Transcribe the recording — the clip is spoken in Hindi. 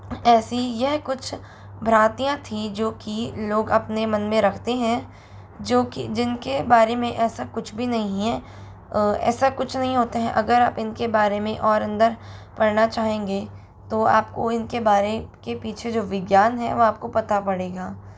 ऐसी यह कुछ भ्रांतियाँ थीं जो कि लोग अपने मन में रखते हैं जो कि जिनके बारे में ऐसा कुछ भी नहीं है ऐसा कुछ नहीं होता है अगर आप इनके बारे में और अंदर पढ़ना चाहेंगे तो आपको इनके बारे के पीछे जो विज्ञान है वो आपको पता पड़ेगा